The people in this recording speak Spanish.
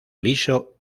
liso